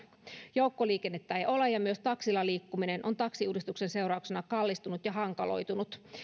joukkoliikennettä ei ole ja myös taksilla liikkuminen on taksiuudistuksen seurauksena kallistunut ja hankaloitunut